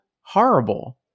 horrible